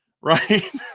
Right